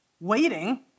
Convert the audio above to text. Waiting